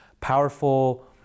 powerful